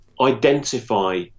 identify